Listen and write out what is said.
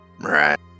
Right